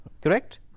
Correct